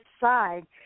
side